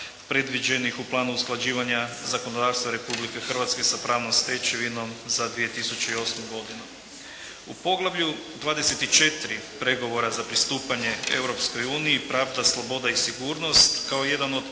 predviđenih u planu usklađivanja zakonodavstva Republike Hrvatske sa pravnom stečevinom za 2008. godinu. U Poglavlju 24. pregovora za pristupanje Europskoj uniji, pravda, sloboda i sigurnost, kao jedan o